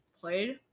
Played